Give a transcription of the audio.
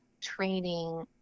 training